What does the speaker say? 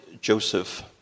Joseph